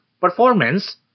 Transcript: performance